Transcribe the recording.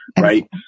Right